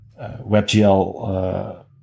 WebGL